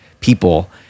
people